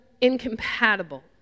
incompatible